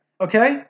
Okay